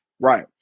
right